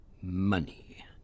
Money